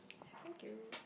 thank you